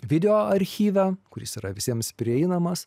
videoarchyve kuris yra visiems prieinamas